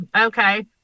okay